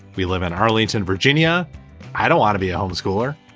we live in arlington, virginia i don't want to be a home schooler.